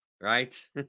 right